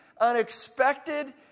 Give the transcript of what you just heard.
unexpected